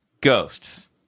Ghosts